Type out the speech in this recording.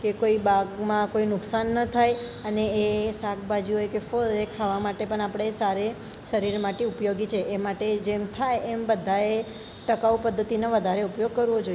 કે કોઈ બાગમાં કોઈ નુકસાન ન થાય અને એ શાકભાજી હોય કે ફળ એ ખાવા માટે પણ આપણે સારા શરીર માટે ઉપયોગી છે એ માટે જેમ થાય એમ બધાએ ટકાઉ પદ્ધતિનો વધારે ઉપયોગ કરવો જોઈએ